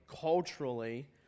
culturally